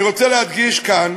אני רוצה להדגיש כאן